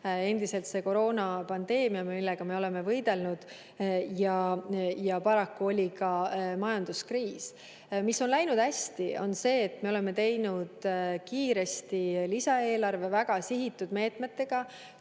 endiselt see koroonapandeemia, millega me oleme võidelnud, ja paraku on olnud ka majanduskriis. Hästi on läinud see, et me oleme teinud kiiresti lisaeelarve väga täpselt sihitud meetmetega.